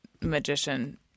magician